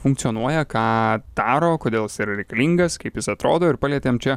funkcionuoja ką daro kodėl jis yra reikalingas kaip jis atrodo ir palietėm čia